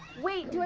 wait,